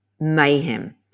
mayhem